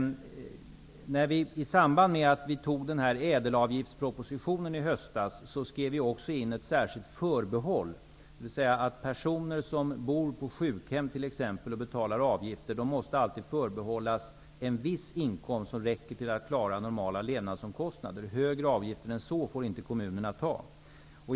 I samband med att ÄDEL-avgiftspropositionen antogs i höstas skrevs det också in ett särskilt förbehåll, nämligen att personer som bor på sjukhem och betalar avgifter alltid måste förbehållas en viss inkomst som är tillräcklig för att de skall kunna klara normala levnadsomkostnader. Högre avgifter än så får inte kommunerna ta ut.